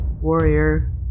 warrior